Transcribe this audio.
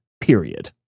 period